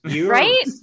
Right